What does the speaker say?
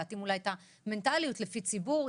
להתאים את המנטליות לפי ציבור.